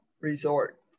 resort